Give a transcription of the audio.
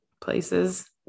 places